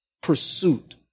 pursuit